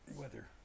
weather